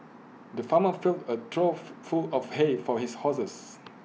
the farmer filled A trough full of hay for his horses